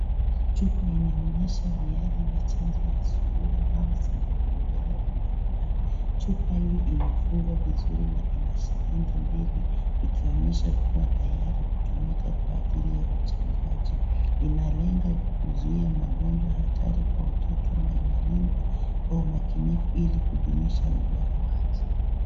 Chupa inaonyesha viale vya chanjo ya surua , mumps na rubela mmr chupa hio imefungwa vizuri na ina shilibgi mbili ikionyesha kuwa tayari kutumika kwa ajili ya uchanjaji ina lenga kuzuia magonjwa hatari kwa watoto na inalindwa kwa umakinifu ili kudumisha ubora wake.